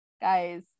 Guys